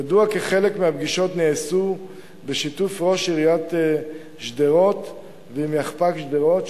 ידוע כי חלק מהפגישות נעשו בשיתוף ראש עיריית שדרות ועם יחפ"כ שדרות,